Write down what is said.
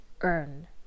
earn